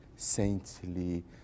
saintly